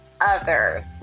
others